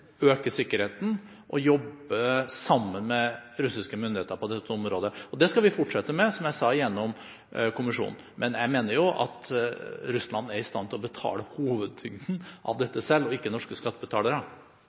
sammen med russiske myndigheter på dette området. Det skal vi, som jeg sa, fortsette med gjennom kommisjonen. Men jeg mener at Russland er i stand til å betale hovedtyngden av